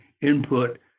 input